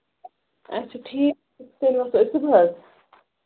اچھا ٹھیٖک تیٚلہِ وَسو أسۍ صُبحَس